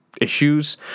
issues